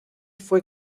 fue